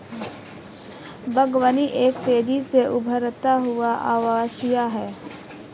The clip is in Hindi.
बागवानी एक तेज़ी से उभरता हुआ व्यवसाय है